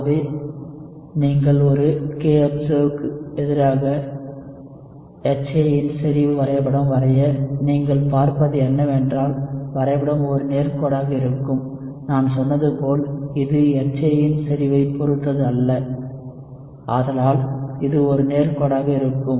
ஆகவே நீங்கள் ஒரு kobserved க்கு எதிராக HA இன் செறிவு வரைபடம் வரைய நீங்கள் பார்ப்பது என்னவென்றால் வரைபடம் ஒரு நேர்க்கோடாக இருக்கும் நான் சொன்னது போல் இது HA இன் செறிவைப் பொறுத்தது அல்ல ஆதலால் இது ஒரு நேர்க்கோடாக இருக்கும்